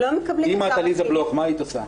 אם את עליזה בלוך, מה היית עושה?